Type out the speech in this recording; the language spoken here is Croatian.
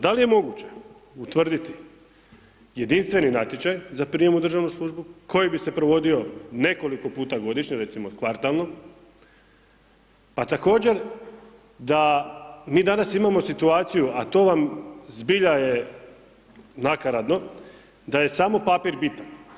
Da li je moguće utvrditi jedinstveni natječaj za prijam u državnu službu koji bi se provodio nekoliko puta godišnje, recimo kvartalno, pa također da mi danas imamo situaciju, a to vam zbilja je nakaradno da je samo papir bitan.